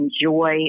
enjoy